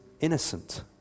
innocent